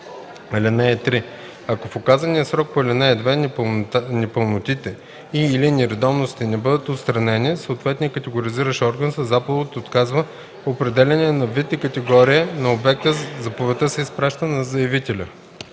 Ако в указания срок по ал. 2 непълнотите и/или нередовностите не бъдат отстранени, съответният категоризиращ орган със заповед отказва определяне на вид и категория на обекта. Заповедта се изпраща на заявителя.